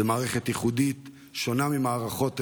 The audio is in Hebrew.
זו מערכת ייחודית, שונה ממערכות אזרחיות,